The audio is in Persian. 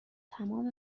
تمام